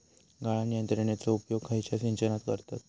गाळण यंत्रनेचो उपयोग खयच्या सिंचनात करतत?